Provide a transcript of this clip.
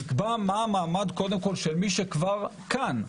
תקבע מה המעמד של מי שכבר כאן.